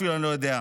אפילו אני לא יודע.